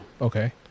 Okay